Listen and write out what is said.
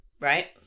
right